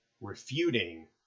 refuting